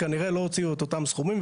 הם כנראה לא הוציאו את אותם סכומים,